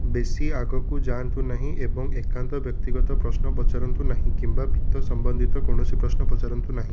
ବେଶୀ ଆଗକୁ ଯାଆନ୍ତୁ ନାହିଁ ଏବଂ ଏକାନ୍ତ ବ୍ୟକ୍ତିଗତ ପ୍ରଶ୍ନ ପଚାରନ୍ତୁ ନାହିଁ କିମ୍ବା ବିତ୍ତ ସମ୍ବନ୍ଧୀୟ କୌଣସି ପ୍ରଶ୍ନ ପଚାରନ୍ତୁ ନାହିଁ